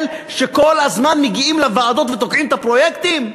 שכל הזמן מגיעים לוועדות ותוקעים את הפרויקטים?